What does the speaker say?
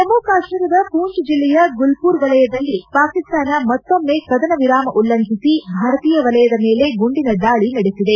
ಜಮ್ನು ಕಾತ್ನೀರದ ಪೂಂಚ್ ಜಿಲ್ಲೆಯ ಗುಲ್ಪುರ್ ವಲಯದಲ್ಲಿ ಪಾಕಿಸ್ತಾನ ಮತ್ತೊಮ್ನೆ ಕದನ ವಿರಾಮ ಉಲ್ಲಂಘಿಸಿ ಭಾರತೀಯ ವಲಯದ ಮೇಲೆ ಗುಂಡಿನ ದಾಳ ನಡೆಸಲಾಗಿದೆ